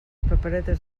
paperetes